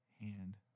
hand